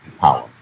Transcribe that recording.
power